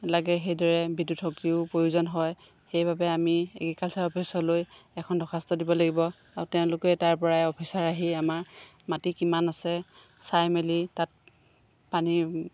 লাগে সেইদৰে বিদ্যুতশক্তিও প্ৰয়োজন হয় সেইকাৰণে আমি এগ্ৰিকালচাৰ অফিচলৈ এখন দৰ্খাস্ত দিব লাগিব আৰু তেওঁলোকে তাৰ পৰাই অফিচাৰ আহি আমাৰ মাটি কিমান আছে চাই মেলি তাত পানীৰ